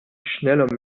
schneller